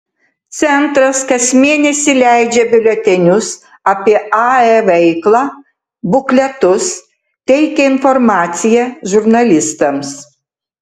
centras kas mėnesį leidžia biuletenius apie ae veiklą bukletus teikia informaciją žurnalistams